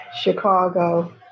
Chicago